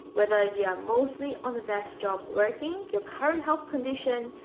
whether you're mostly on a desk job working. your current health condition.